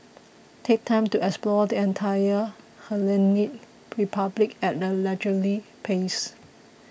take time to explore the entire Hellenic Republic at a leisurely pace